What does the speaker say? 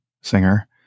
singer